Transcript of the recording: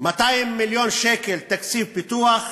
200 מיליון שקל תקציב פיתוח,